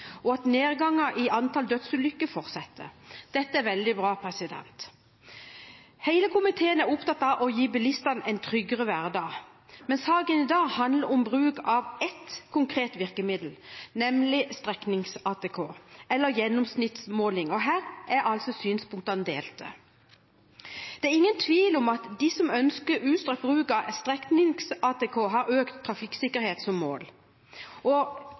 og at nedgangen i antall dødsulykker fortsetter. Dette er veldig bra. Hele komiteen er opptatt av å gi bilistene en tryggere hverdag. Men saken i dag handler om bruk av ett konkret virkemiddel, nemlig streknings-ATK, eller gjennomsnittsmåling. Her er synspunktene delte. Det er ingen tvil om at de som ønsker utstrakt bruk av streknings-ATK, har økt trafikksikkerhet som mål.